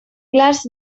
glass